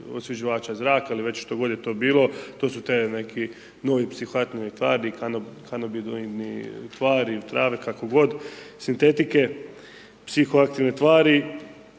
osvježivača zraka ili već što god je to bilo, to su te neke nove psihoaktivne tvari, kanobidnoidne tvari u travi, kako god, sintetike, psihoaktivne tvari